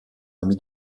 ami